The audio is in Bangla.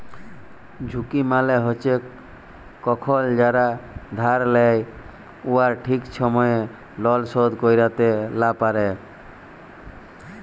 ঝুঁকি মালে হছে কখল যারা ধার লেই উয়ারা ঠিক সময়ে লল শোধ ক্যইরতে লা পারে